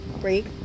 break